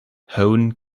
hone